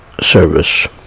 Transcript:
service